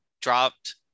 dropped